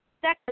second